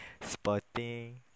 Sporting